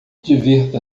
divirta